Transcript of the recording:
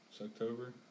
October